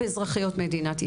באזרחיות מדינת ישראל.